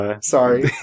Sorry